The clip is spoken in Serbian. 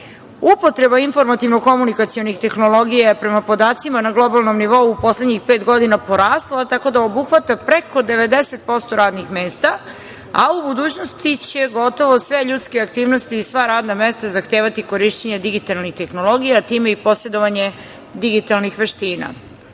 Upotreba informativno-komunikacionih tehnologija je prema podacima na globalnom nivou u poslednjih pet godina porasla tako da obuhvata preko 90% radnih mesta, a u budućnosti će gotovo sve ljudske aktivnosti i sva radna mesta zahtevati korišćenje digitalnih tehnologija, a time i posedovanje digitalnih veština. Srbija